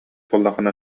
буоллаххына